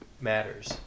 matters